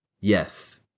Yes